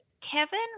Kevin